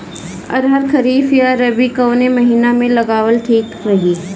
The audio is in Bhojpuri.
अरहर खरीफ या रबी कवने महीना में लगावल ठीक रही?